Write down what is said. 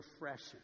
refreshing